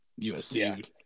USC